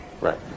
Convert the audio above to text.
Right